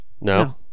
No